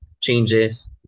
changes